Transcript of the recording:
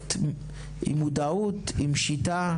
פרויקט עם מודעות, עם שיטה.